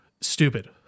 stupid